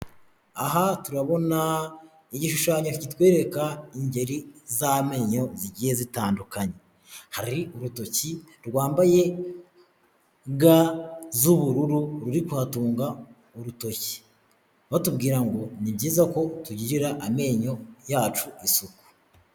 Aha turabona igishushanyo kitwereka ingeri z'amenyo zigiye zitandukanye. Hari urutoki rwambaye ga z'ubururu ruri kuhatunga urutoki, batubwira ngo ni byiza ko tugirira amenyo yacu isuku.